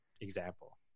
example